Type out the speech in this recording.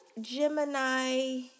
Gemini